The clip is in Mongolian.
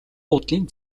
буудлын